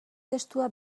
testua